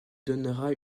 donnera